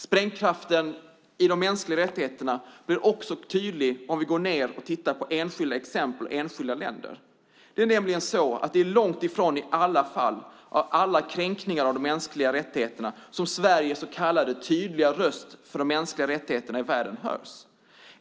Sprängkraften i de mänskliga rättigheterna blir också tydlig om vi ser på enskilda exempel och enskilda länder. Det är nämligen långt ifrån vid alla kränkningar och inskränkningar av de mänskliga rättigheterna som Sveriges så kallade tydliga röst för de mänskliga rättigheterna hörs.